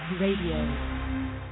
RADIO